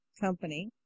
company